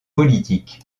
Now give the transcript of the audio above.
politique